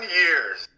years